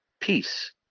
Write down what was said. peace